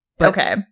Okay